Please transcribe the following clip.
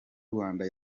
rwanda